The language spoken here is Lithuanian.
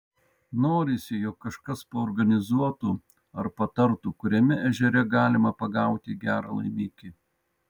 norisi jog kažkas paorganizuotų ar patartų kuriame ežere galima pagauti gerą laimikį